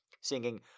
singing